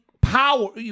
power